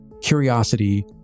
curiosity